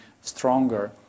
stronger